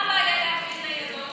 מה הבעיה להפעיל ניידות?